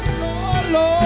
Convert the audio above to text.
solo